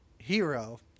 Hero